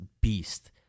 beast